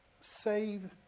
save